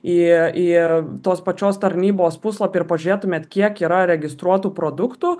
į tos pačios tarnybos puslapįir pažiūrėtumėt kiek yra registruotų produktų